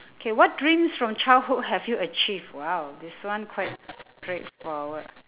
K what dreams from childhood have you achieved !wow! this one quite straightforward